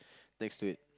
thanks to it